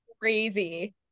crazy